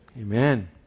Amen